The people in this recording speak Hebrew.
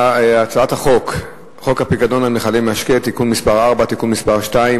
הצעת חוק הפיקדון על מכלי משקה (תיקון מס' 4) (תיקון מס' 2),